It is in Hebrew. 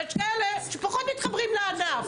ויש כאלה שפחות מתחברים לענף,